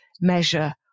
measure